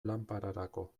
lanpararako